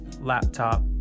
laptop